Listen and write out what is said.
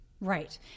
Right